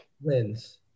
wins